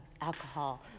alcohol